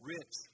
Rich